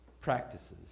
practices